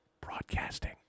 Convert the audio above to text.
broadcasting